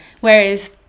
Whereas